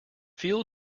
feel